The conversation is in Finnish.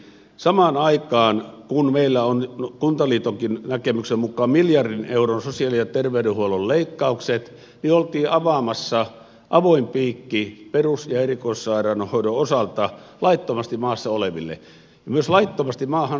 samaan aikaan kun meillä on kuntaliitonkin näkemyksen mukaan miljardin euron sosiaali ja terveydenhuollon leikkaukset oltiin avaamassa avoin piikki perus ja erikoissairaanhoidon osalta laittomasti maassa oleville ja myös laittomasti maahan saapuville